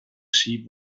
sheep